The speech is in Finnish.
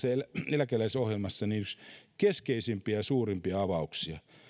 eläkeläisohjelmassa yksi keskeisimpiä ja suurimpia avauksia